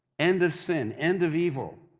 end of sin, end of evil,